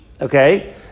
Okay